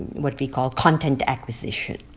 what we call content acquisition.